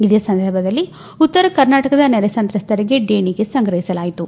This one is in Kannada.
ಈ ಸಂದರ್ಭದಲ್ಲಿ ಉತ್ತರ ಕರ್ನಾಟಕದ ನೆರೆ ಸಂತ್ರಸ್ತರಿಗೆ ದೇಣಿಗೆ ಸಂಗ್ರಹಿಸಲಾಯಿತು